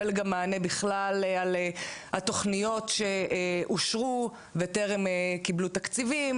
על התוכניות שאושרו וטרם קיבלו תקציבים,